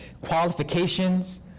qualifications